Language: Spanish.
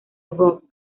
rock